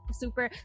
super